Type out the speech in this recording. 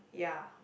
yeah